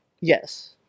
yes